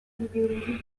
l’idéologie